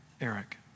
Eric